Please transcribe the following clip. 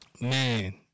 Man